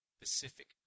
Pacific